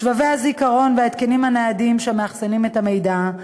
שבבי הזיכרון וההתקנים הניידים שמאחסנים את המידע,